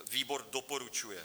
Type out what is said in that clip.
Výbor doporučuje.